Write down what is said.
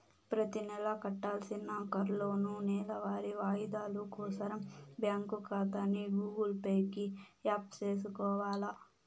ప్రతినెలా కట్టాల్సిన కార్లోనూ, నెలవారీ వాయిదాలు కోసరం బ్యాంకు కాతాని గూగుల్ పే కి యాప్ సేసుకొవాల